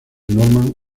norman